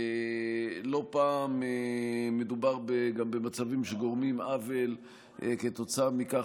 לא פעם מדובר גם במצבים שגורמים עוול כתוצאה מכך